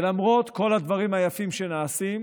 למרות כל הדברים היפים שנעשים,